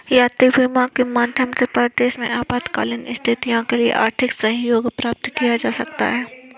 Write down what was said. यात्री बीमा के माध्यम से परदेस में आपातकालीन स्थितियों के लिए आर्थिक सहयोग प्राप्त किया जा सकता है